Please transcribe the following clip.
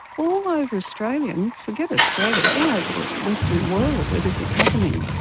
all over australia, and forget australia all over the western world where this is happening,